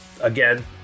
again